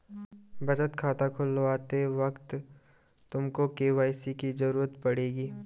बचत खाता खुलवाते वक्त तुमको के.वाई.सी की ज़रूरत पड़ेगी